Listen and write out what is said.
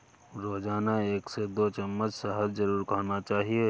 रोजाना एक से दो चम्मच शहद जरुर खाना चाहिए